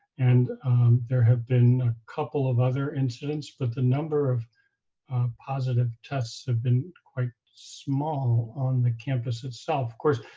and there have been a couple of other incidents, but the number of positive tests have been quite small on the campus itself. of course,